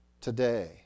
today